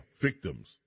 victims